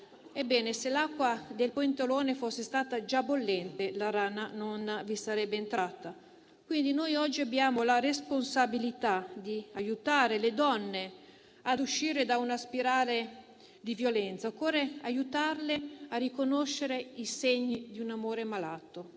Ebbene, se l'acqua del pentolone fosse stata già bollente, la rana non vi sarebbe entrata. Oggi abbiamo quindi la responsabilità di aiutare le donne ad uscire da una spirale di violenza; occorre aiutarle a riconoscere i segni di un amore malato;